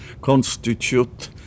constitute